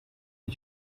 ari